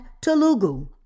Telugu